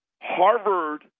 Harvard